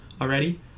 already